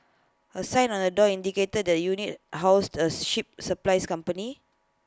A sign on the door indicated that the unit housed A ship supplies company